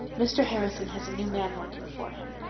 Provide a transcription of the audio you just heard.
mr. harrison has a new man working for him.